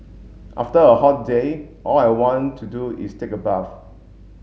after a hot day all I want to do is take a bath